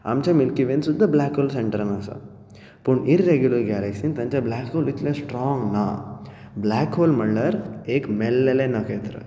आमचे Milky Way सुद्दां black hole सेन्टरान आसा पूण इरेग्यलर गैलक्सीन तांचे ब्लेक होल इतले स्ट्राँग ना ब्लेक होल म्हणल्यार एक मेललें नखेत्र